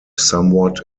somewhat